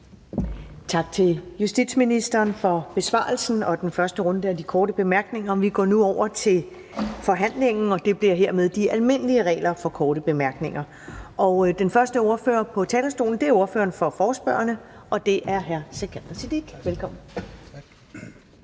Tak til justitsministeren for besvarelsen og den første runde af de korte bemærkninger. Vi går nu over til forhandlingen, og den bliver her med de almindelige regler for korte bemærkninger. Den første ordfører på talerstolen er ordføreren for forespørgerne, og det er hr. Sikandar Siddique. Velkommen.